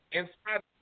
inside